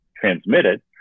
transmitted